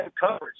coverage